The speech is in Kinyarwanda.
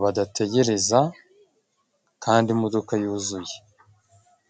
badategereza kandi imodoka yuzuye.